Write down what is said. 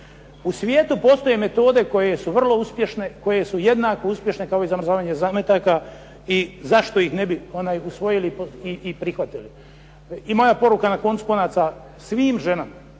U svijetu postoje metode koje su vrlo uspješne, koje su jednako uspješne kao zamrzavanje zametaka i zašto ih ne bi usvojili i prihvatili. I moja poruka na koncu konaca, svim ženama